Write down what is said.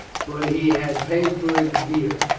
but he had paid for it dear.